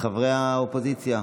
מחברי האופוזיציה.